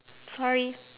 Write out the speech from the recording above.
sorry